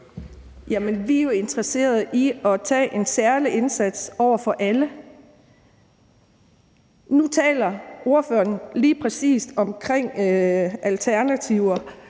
vi er jo interesseret i at gøre en særlig indsats over for alle. Nu taler ordføreren lige præcis om alternativer